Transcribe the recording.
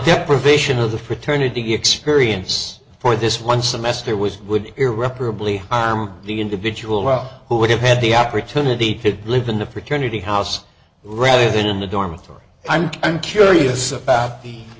deprivation of the fraternity experience for this one semester was would irreparably harmed the individual who would have had the opportunity to live in the paternity house rather than in the dormitory i'm i'm curious about the